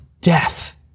death